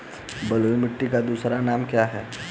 बलुई मिट्टी का दूसरा नाम क्या है?